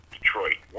Detroit